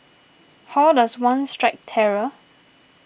how does one strike terror